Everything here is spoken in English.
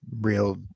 real